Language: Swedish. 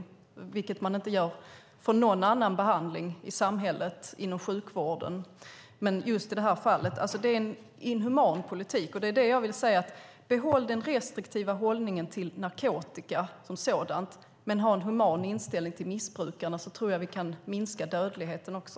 Man kastas inte ut från någon annan behandling inom sjukvården i samhället, men det händer just i detta fall. Det är en inhuman politik. Det är det jag vill säga: Behåll den restriktiva hållningen till narkotika som sådan, men ha en human inställning till missbrukarna! Då tror jag att vi kan minska dödligheten också.